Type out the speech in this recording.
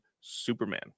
Superman